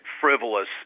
frivolous